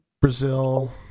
Brazil